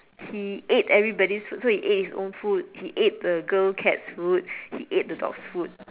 he ate everybody's food so he ate his own food he ate the girl cat's food he ate the dog food